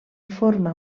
forma